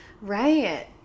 Right